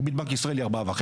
ריבית בנק ישראל היא 4.5%,